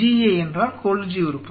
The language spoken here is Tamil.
GA என்றால் கோல்ஜி உறுப்பு